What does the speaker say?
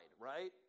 right